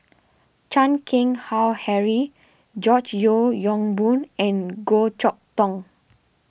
Chan Keng Howe Harry George Yeo Yong Boon and Goh Chok Tong